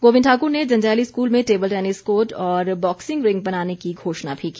गोविंद ठाकुर ने जंजैहली स्कूल में table tennis court और बॅक्सिंग रिंक बनाने की घोषणा भी की